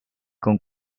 con